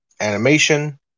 animation